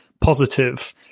positive